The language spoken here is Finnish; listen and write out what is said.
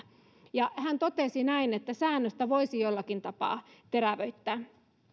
hän totesi näin että säännöstä voisi jollakin tapaa terävöittää